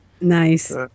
Nice